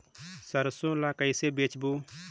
सरसो ला कइसे बेचबो?